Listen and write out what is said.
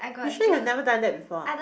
you sure have never done that before ah